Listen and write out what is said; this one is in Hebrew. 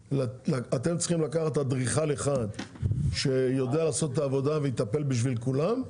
אתם צריכים לקחת אדריכל אחד שיודע לעשות את העבודה ויטפל בשביל כולם,